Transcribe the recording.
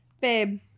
Babe